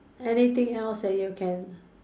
anything else that you can